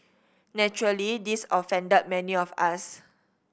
naturally this offended many of us